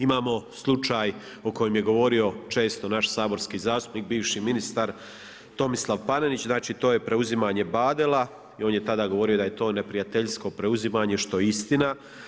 Imamo slučaj o kojem je govorio često naš saborski zastupnik, bivši ministar, Tomislav Panenić, znači to je preuzimanje Badela, i on je tada govorio da je to neprijateljsko preuzimanje što je istina.